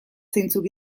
zeintzuk